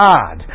God